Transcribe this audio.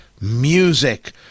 music